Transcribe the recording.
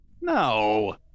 No